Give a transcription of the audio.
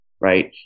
right